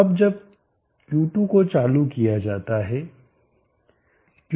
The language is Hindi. अब जब Q2 को चालू किया जाता है Q1 बंद है